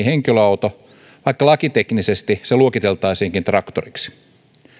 henkilöauto vaikka lakiteknisesti se luokiteltaisiinkin traktoriksi